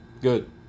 Good